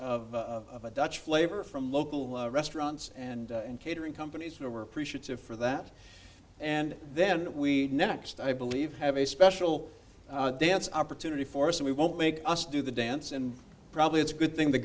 of a dutch flavor from local restaurants and in catering companies who are appreciative for that and then we next i believe have a special dance opportunity for us and we won't make us do the dance and probably it's a good thing the